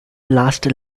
last